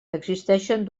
existeixen